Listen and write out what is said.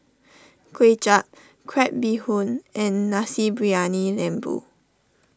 Kuay Chap Crab Bee Hoon and Nasi Briyani Lembu